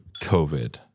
COVID